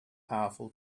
powerful